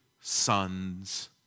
son's